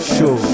Show